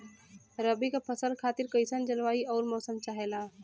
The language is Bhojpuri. रबी क फसल खातिर कइसन जलवाय अउर मौसम चाहेला?